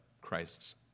Christ's